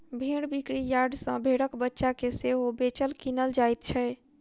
भेंड़ बिक्री यार्ड सॅ भेंड़क बच्चा के सेहो बेचल, किनल जाइत छै